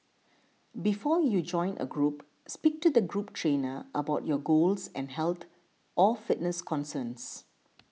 before you join a group speak to the group trainer about your goals and health or fitness concerns